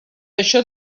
això